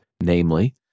namely